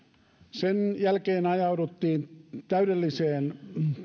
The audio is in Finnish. sen jälkeen ajauduttiin täydelliseen